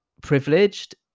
privileged